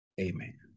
amen